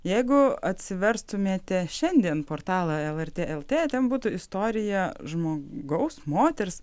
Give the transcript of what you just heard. jeigu atsiverstumėte šiandien portalą lrt lt ten būtų istorija žmogaus moters